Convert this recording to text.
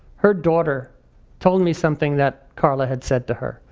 her daughter told me something that carla had said to her.